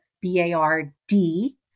B-A-R-D